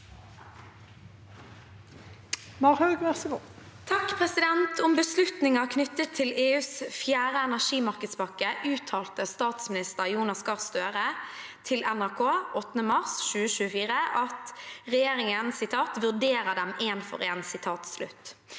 (R) «Om beslutninger knyttet til EUs fjerde energimarkedspakke, uttalte statsminister Jonas Gahr Støre til NRK 8. mars 2024 at regjeringen «vurderer dem en for en».